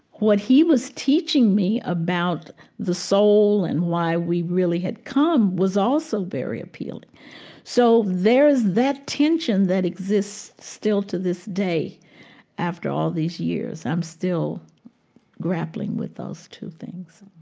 what he was teaching me about the soul and why we really had come was also very appealing so there's that tension that exists still to this day after all these years. i'm still grappling with those two things